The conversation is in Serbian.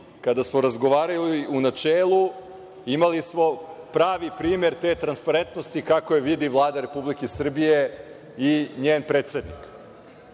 Kada smo razgovarali u načelu, imali smo pravi primer te transparentnosti kako je vidi Vlada RS i njen predsednik. Znači,